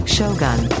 Shogun